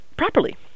Properly